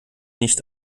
nicht